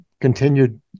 Continued